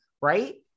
right